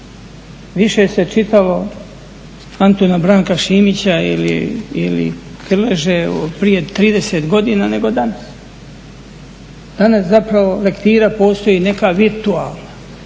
više se čitalo Antuna Branka Šimića ili Krleže prije 30 godina, nego danas. Danas zapravo lektira postoji neka virtualna,